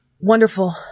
wonderful